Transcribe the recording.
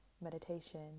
meditation